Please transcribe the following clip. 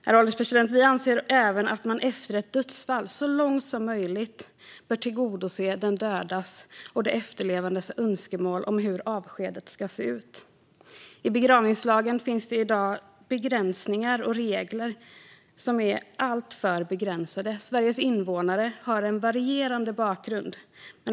Herr ålderspresident! Vi anser även att man efter ett dödsfall så långt som möjligt bör tillgodose den dödas och de efterlevandes önskemål om hur avskedet ska se ut. I begravningslagen finns det i dag begränsningar och regler för detta som är alltför begränsande. Sveriges invånare har en varierande bakgrund.